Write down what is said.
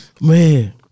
Man